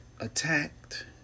attacked